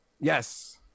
Yes